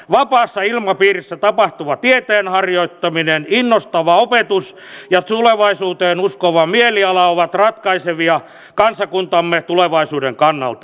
vapaassa ilmapiirissä tapahtuva tieteen harjoittaminen innostava opetus ja tulevaisuuteen uskova mieliala ovat ratkaisevia kansakuntamme tulevaisuuden kannalta